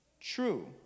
true